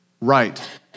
right